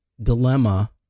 dilemma